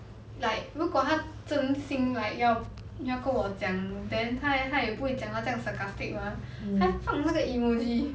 like 如果他真心 like 要要跟我讲 then 他他也不会讲到这样 sarcastic mah 还放那个 emoji